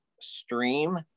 stream